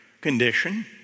condition